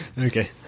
Okay